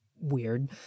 weird